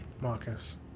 Marcus